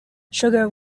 sugar